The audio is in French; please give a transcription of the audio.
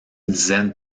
dizaine